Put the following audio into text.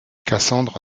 cassandre